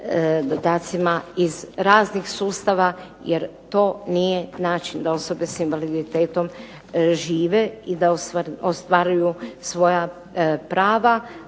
dodacima iz raznih sustava jer to nije način da osobe sa invaliditetom žive i da ostvaruju svoja prava.